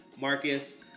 Marcus